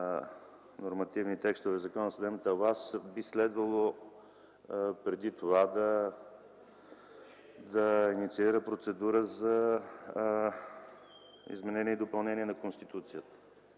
нормативни текстове в Закона за съдебната власт, би следвало преди това да инициира процедура за изменение и допълнение на Конституцията.